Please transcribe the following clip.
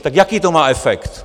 Tak jaký to má efekt?